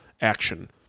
action